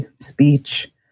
speech